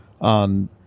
on